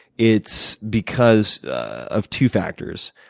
it's because of two factors.